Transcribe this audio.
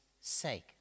sake